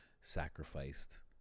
sacrificed